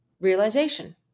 realization